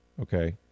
okay